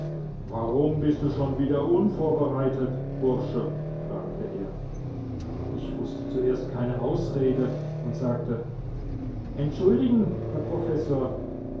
warum bist du schon wieder unvorbereitet bursche fragte er ich wußte zuerst keine ausrede und sagte entschuldigen herr professor